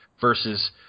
versus –